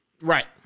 Right